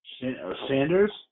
Sanders